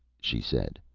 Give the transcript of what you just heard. she said.